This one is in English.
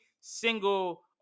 single